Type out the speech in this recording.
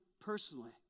personally